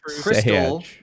Crystal